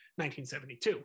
1972